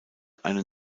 eine